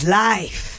life